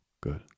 good